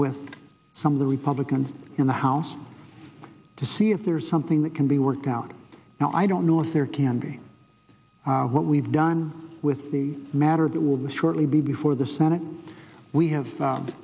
with some of the republicans in the house to see if there's something that can be worked out now i don't know if there can be what we've done with the matter that will be shortly before the senate we have found